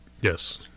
Yes